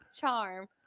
charm